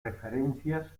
referencias